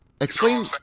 Explain